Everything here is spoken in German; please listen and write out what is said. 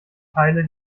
teile